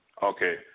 Okay